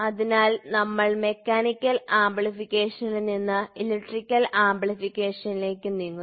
അതിനാൽ ഞങ്ങൾ മെക്കാനിക്കൽ ആംപ്ലിഫിക്കേഷനിൽ നിന്ന് ഇലക്ട്രിക്കൽ ആംപ്ലിഫിക്കേഷനിലേക്ക് നീങ്ങുന്നു